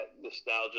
nostalgia